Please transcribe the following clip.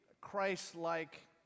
Christ-like